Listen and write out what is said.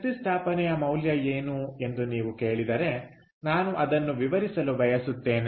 ಶಕ್ತಿ ಸ್ಥಾಪನೆಯ ಮೌಲ್ಯ ಏನು ಎಂದು ನೀವು ಕೇಳಿದರೆ ನಾನು ಅದನ್ನು ವಿವರಿಸಲು ಬಯಸುತ್ತೇನೆ